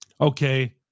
Okay